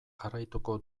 jarraituko